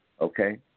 okay